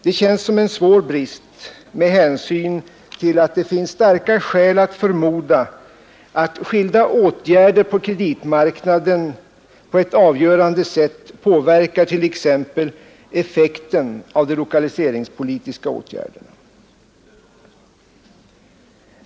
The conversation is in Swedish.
Det känns som en svår brist med hänsyn till att det finns starka skäl att förmoda att skilda åtgärder på kreditmarknaden på ett avgörande sätt påverkar t.ex. effekten av de lokaliseringspolitiska åtgärderna.